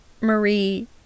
marie